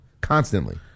Constantly